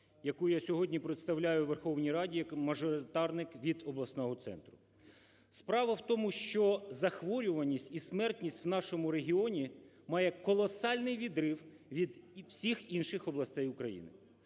яку я сьогодні представляю у Верховній Раді як мажоритарник від обласного центру. Справа в тому, що захворюваність і смертність в нашому регіоні має колосальний відрив від всіх інших областей України.